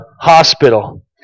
hospital